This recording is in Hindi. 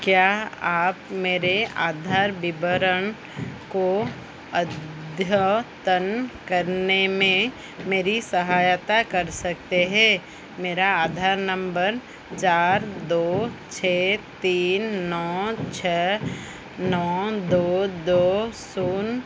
क्या आप मेरे आधार विवरण को अद्यतन करने में मेरी सहायता कर सकते हैं मेरा आधार नंबर चार दो छः तीन नौ छः नौ दो दो शून्य